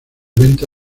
venta